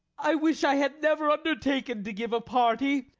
i wish i had never undertaken to give a party.